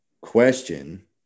question